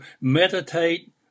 meditate